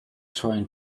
trying